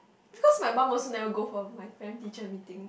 because my mum also never go for my parent teacher meeting